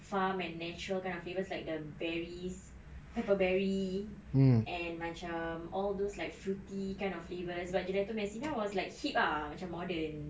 farm and natural kind of flavours like the berries pepperberry and macam all those like fruity kind of flavors but gelato messina was like hip ah macam modern